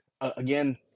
Again